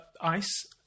ice